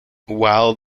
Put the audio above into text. while